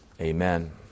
Amen